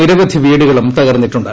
നിരവധി വീടുകളും തകർന്നിട്ടുണ്ട്